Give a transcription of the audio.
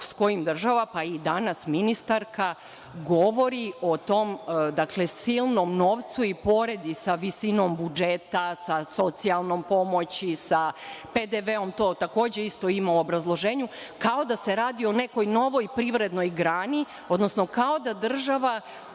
sa kojim država, pa i danas ministarka, govori o tome silnom novcu i pored, i sa visinom budžeta, sa socijalnom pomoći, sa PDV, to takođe isto ima u obrazloženju, kao da se radi o nekoj novoj privrednoj grani, odnosno kao da država